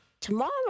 Tomorrow